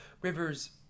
Rivers